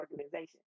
organization